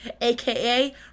aka